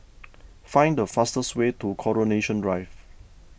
find the fastest way to Coronation Drive